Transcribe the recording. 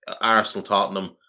Arsenal-Tottenham